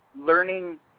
learning